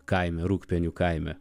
kaime rūgpienių kaime